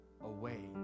away